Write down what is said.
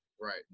Right